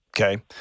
Okay